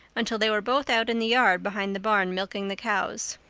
until they were both out in the yard behind the barn milking the cows.